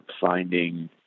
finding